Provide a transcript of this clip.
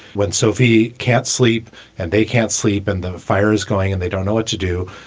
when sophie can't sleep and they can't sleep and the fire is going and they don't know what to do.